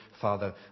father